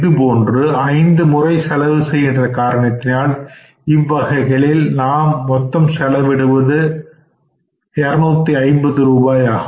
இதுபோன்று ஐந்து முறை செலவு செய்கின்ற காரணத்தினால் இவ்வகைகளில் நாம் மொத்தம் செலவிடுவது 250 ரூபாய் ஆகும்